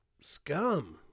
scum